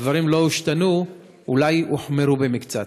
הדברים לא השתנו, אולי הוחמרו במקצת.